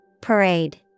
Parade